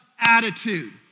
attitude